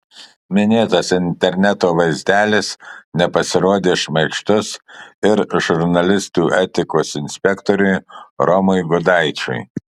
minėtas interneto vaizdelis nepasirodė šmaikštus ir žurnalistų etikos inspektoriui romui gudaičiui